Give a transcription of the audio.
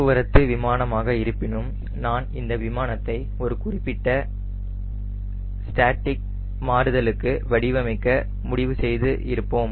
போக்குவரத்து விமானமாக இருப்பினும் நான் இந்த விமானத்தை ஒரு குறிப்பிட்ட ஸ்டாட்டிக் மாறுதலுக்கு வடிவமைக்க முடிவு செய்து இருப்போம்